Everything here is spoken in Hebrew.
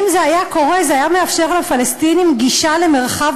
אם זה היה קורה זה היה מאפשר לפלסטינים גישה למרחב